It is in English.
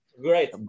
Great